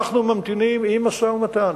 אנחנו ממתינים עם משא-ומתן,